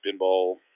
pinball